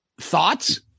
thoughts